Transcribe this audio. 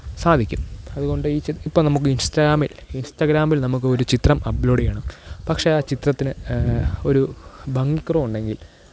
സാധിക്കും അതുകൊണ്ട് ഈ ചി ഇപ്പോള് നമുക്ക് ഇൻസ്റ്റാമിൽ ഇൻസ്റ്റാഗ്രാമിൽ നമുക്ക് ഒരു ചിത്രം അപ്ലോഡ്യ്യണം പക്ഷേ ആ ചിത്രത്തിന് ഒരു ഭംഗിക്കുറവുണ്ടെങ്കിൽ